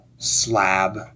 slab